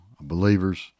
believers